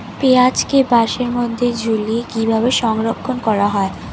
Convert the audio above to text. পেঁয়াজকে বাসের মধ্যে ঝুলিয়ে কিভাবে সংরক্ষণ করা হয়?